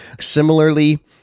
Similarly